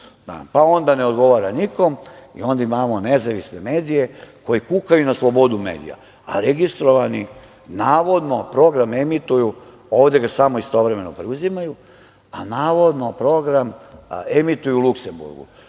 pa onda ne odgovara nikom. Onda imamo nezavisne medije koji kukaju na slobodu medija, a registrovani. Navodno, program emituju, ovde ga samo istovremeno preuzimaju, a navodno program emituju u Luksemburgu